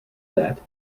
that